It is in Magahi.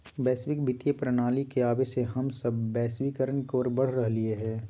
वैश्विक वित्तीय प्रणाली के आवे से हम सब वैश्वीकरण के ओर बढ़ रहलियै हें